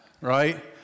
right